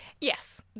Yes